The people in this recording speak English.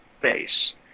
face